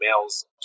males